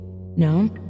no